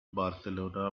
barcelona